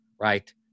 right